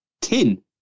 Tin